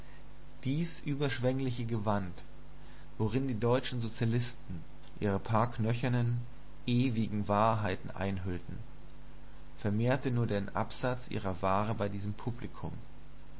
dies überschwengliche gewand worin die deutschen sozialisten ihre paar knöchernen ewigen wahrheiten einhüllten vermehrte nur den absatz ihrer ware bei diesem publikum